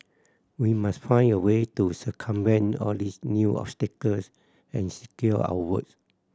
we must find a way to circumvent all these new obstacles and secure our vote